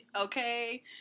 okay